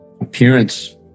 appearance